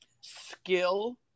skill